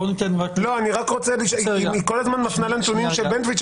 בוא ניתן רק --- היא כל הזמן מפנה לנתונים של בנטואיץ,